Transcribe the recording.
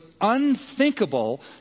unthinkable